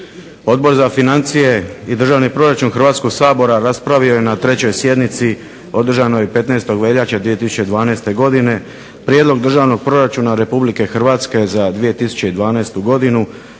Odbor za financije i državni proračun Hrvatskog sabora raspravio je na 3. sjednici održanoj 15. veljače 2012. godine Prijedlog državnog proračuna Republike Hrvatske za 2012. godinu